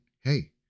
hey